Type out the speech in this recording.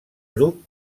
grup